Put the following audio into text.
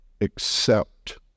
accept